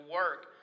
work